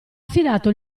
affidato